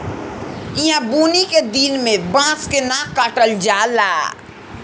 ईहा बुनी के दिन में बांस के न काटल जाला